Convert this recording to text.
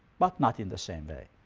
but not in the same way.